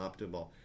optimal